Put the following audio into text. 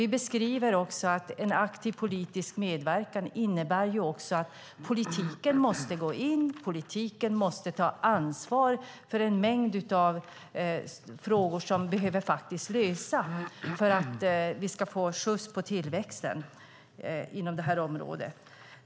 Vi skriver att en aktiv politisk medverkan också innebär att politiken måste gå in och ta ansvar för en mängd frågor som faktiskt behöver lösas för att vi ska få fart på tillväxten inom det här området.